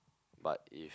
but if